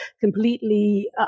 completely